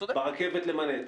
ברכבת למנהטן.